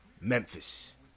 Memphis